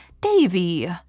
Davy